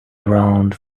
around